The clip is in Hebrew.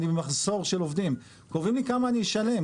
אני במחסור של עובדים ,קובעים לי כמה אני אשלם,